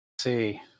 see